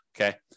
okay